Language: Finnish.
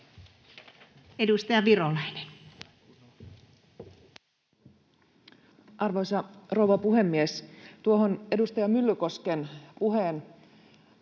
Edustaja Virolainen. Arvoisa rouva puhemies! Tuohon edustaja Myllykosken puheen